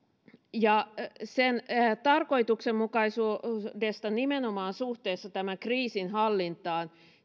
sen tarkoituksenmukaisuudesta nimenomaan suhteessa tämän kriisin hallintaan